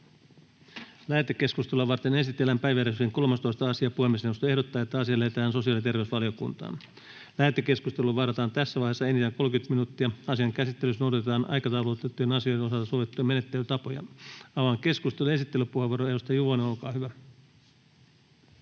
Lähetekeskustelua varten esitellään päiväjärjestyksen 6. asia. Puhemiesneuvosto ehdottaa, että asia lähetetään talousvaliokuntaan. Lähetekeskustelua varten varataan tässä vaiheessa enintään 30 minuuttia. Asian käsittelyssä noudatetaan aikataulutettujen asioiden osalta sovittuja menettelytapoja. Avaan keskustelun. — Ministeri Lintilä, esittelypuheenvuoro, olkaa hyvä.